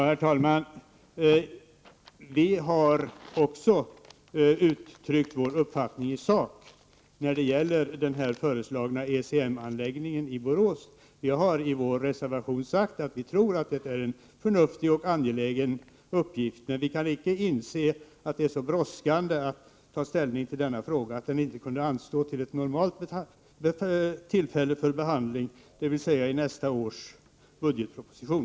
Herr talman! Vi har också uttryckt vår uppfattning i sak när det gäller den föreslagna EMC-anläggningen i Borås. Vi har i vår reservation sagt att vi tror att det är en förnuftig och angelägen satsning, men vi har inte kunnat inse att det skulle vara så brådskande att ta ställning till denna fråga att det inte kunde anstå till normalt tillfälle för behandling, dvs. i nästa års budgetproposition.